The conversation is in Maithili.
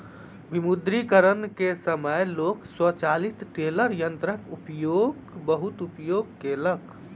विमुद्रीकरण के समय लोक स्वचालित टेलर यंत्रक बहुत उपयोग केलक